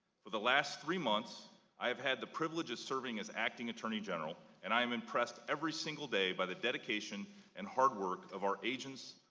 for the last three months i have had the privilege of serving as acting attorney general and i am impressed every single day by the dedication and hard work of our agents,